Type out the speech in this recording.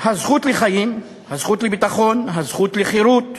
הזכות לחיים, הזכות לביטחון, הזכות לחירות,